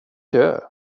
död